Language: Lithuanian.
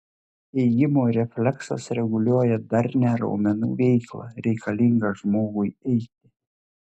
ėjimo refleksas reguliuoja darnią raumenų veiklą reikalingą žmogui eiti